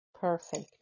Perfect